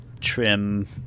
trim